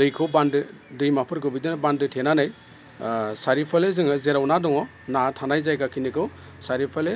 दैखौ बान्दो दैमाफोरखौ बिदिनो बान्दो थेनानै सारिय'फाले जोङो जेराव ना दङ ना थानाय जायगाखिनिखौ सारिय'फाले